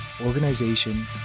organization